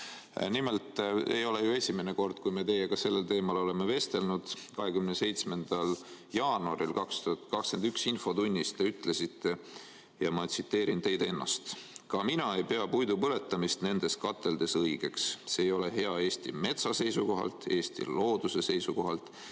Nimelt ei ole ju esimene kord, kui me teiega sellel teemal oleme vestelnud. Näiteks, 27. jaanuaril 2021 infotunnis te ütlesite nii, ma tsiteerin teid ennast: "Ka mina ei pea puidu põletamist nendes kateldes õigeks. See ei ole hea Eesti metsa seisukohalt, Eesti looduse seisukohalt